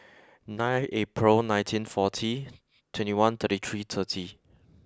nine April nineteen forty twenty one thirty three thirty